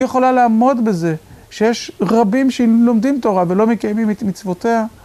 היא יכולה לעמוד בזה, שיש רבים שלומדים תורה ולא מקיימים את מצוותיה.